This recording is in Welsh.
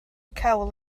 cawl